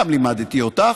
גם לימדתי אותך,